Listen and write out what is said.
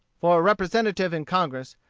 for a representative in congress,